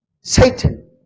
Satan